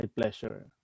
pleasure